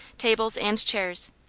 tables and chairs.